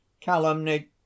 calumny